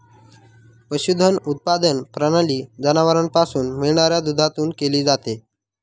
पशुधन उत्पादन प्रणाली जनावरांपासून मिळणाऱ्या दुधातून केली जाते